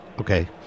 Okay